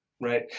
Right